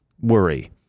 worry